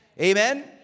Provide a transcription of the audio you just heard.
Amen